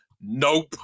Nope